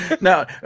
Now